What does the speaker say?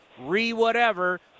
re-whatever